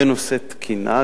בנושא תקינה,